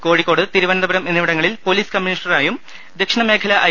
Kozhikode Thiruvananthapuram എന്നിവിടങ്ങളിൽ police കമ്മീഷണറായും ദക്ഷിണ മേഖല ഐ